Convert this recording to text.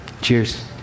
Cheers